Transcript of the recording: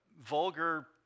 vulgar